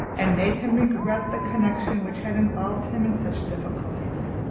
and made him regret the connection which had involved him in such difficulties?